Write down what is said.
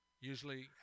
usually